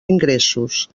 ingressos